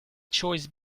choice